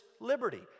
liberty